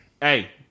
hey